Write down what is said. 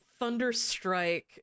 Thunderstrike